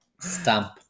stamp